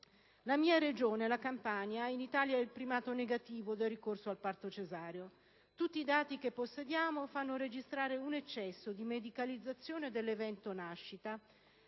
La mia Regione, la Campania, ha in Italia il primato negativo del ricorso al parto cesareo. Tutti i dati in nostro possesso fanno registrare un eccesso di medicalizzazione dell'evento nascita.